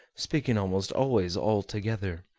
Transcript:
speaking almost always all together.